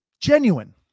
genuine